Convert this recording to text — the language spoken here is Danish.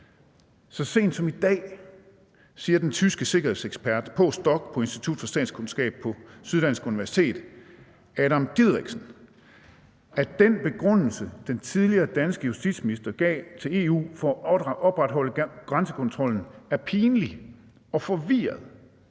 Så sent som i dag siger den tyske sikkerhedsekspert på Institut for Statskundskab på Syddansk Universitet postdoc Adam Diderichsen, at den begrundelse, den tidligere danske justitsminister gav til EU for at opretholde grænsekontrollen, er pinlig og forvirret,